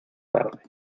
tarde